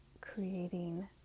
creating